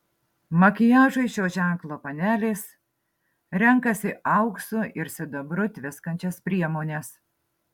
makiažui šio ženklo panelės renkasi auksu ir sidabru tviskančias priemones